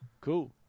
cool